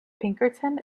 pinkerton